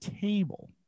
table